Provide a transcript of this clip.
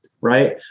right